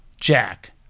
Jack